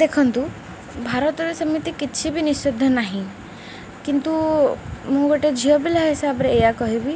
ଦେଖନ୍ତୁ ଭାରତରେ ସେମିତି କିଛି ବି ନିଶୁଦ୍ଧ ନାହିଁ କିନ୍ତୁ ମୁଁ ଗୋଟେ ଝିଅପିଲା ହିସାବରେ ଏଇଆ କହିବି